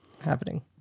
Happening